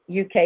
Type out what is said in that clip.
UK